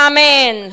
Amen